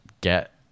get